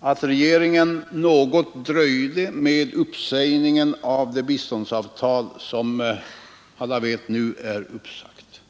att regeringen något dröjde med uppsägningen av det biståndsavtal som alla vet nu är uppsagt.